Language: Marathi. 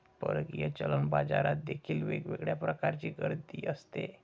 परकीय चलन बाजारात देखील वेगळ्या प्रकारची गर्दी असते